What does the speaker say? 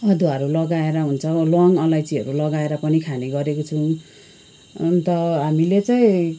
अदुवाहरू लगाएर हुन्छ ल्वाङ्ग अलैँचीहरू लगाएर पनि खाने गरेको छौँ अन्त हामीले चाहिँ